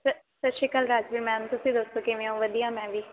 ਸ ਸਤਿ ਸ਼੍ਰੀ ਅਕਾਲ ਰਾਜਵੀਰ ਮੈਮ ਤੁਸੀਂ ਦੱਸੋ ਕਿਵੇਂ ਹੋ ਵਧੀਆ ਮੈਂ ਵੀ